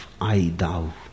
I-thou